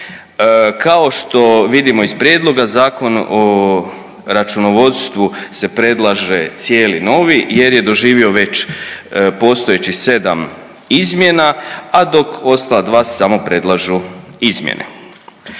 Kao što vidimo iz prijedloga Zakon o računovodstvu se predlaže cijeli novi jer je doživio već postojećih 7 izmjena, a dok ostala dva se samo predlažu izmjene.